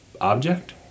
object